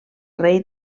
rei